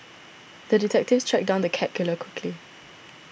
the detective tracked down the cat killer quickly